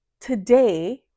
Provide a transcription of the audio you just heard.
Today